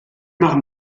machen